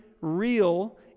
real